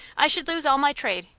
i should lose all my trade.